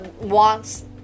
wants